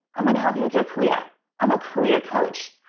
i'm going to help you with your career. i'm a career coach,